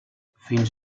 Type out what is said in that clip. fins